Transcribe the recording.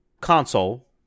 console